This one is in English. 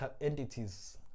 entities